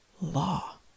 law